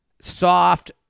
soft